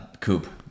Coupe